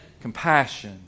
compassion